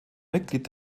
mitglied